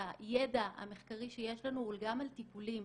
שהידע המחקרי שיש לנו הוא גם על טיפולים